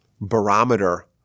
barometer